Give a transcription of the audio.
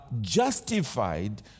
justified